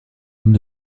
homme